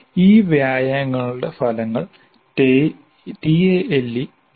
ഈ വ്യായാമങ്ങളുടെ ഫലങ്ങൾൽ tale